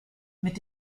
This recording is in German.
mit